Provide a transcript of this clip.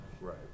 right